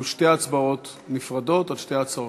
יהיו שתי הצבעות נפרדות, על שתי ההצעות.